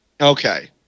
Okay